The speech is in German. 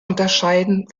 unterscheiden